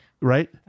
right